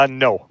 no